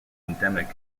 endemic